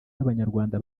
b’abanyarwanda